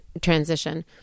transition